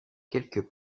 quelques